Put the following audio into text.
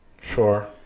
Sure